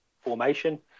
formation